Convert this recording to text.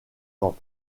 camp